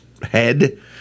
head